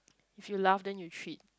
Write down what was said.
if you laugh then you treat